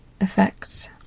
effects